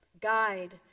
Guide